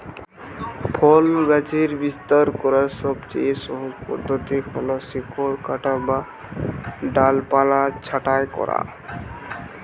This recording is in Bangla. ফল গাছের বিস্তার করার সবচেয়ে সহজ পদ্ধতি হল শিকড় কাটা বা ডালপালা ছাঁটাই করা